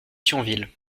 thionville